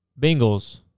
Bengals